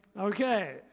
Okay